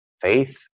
Faith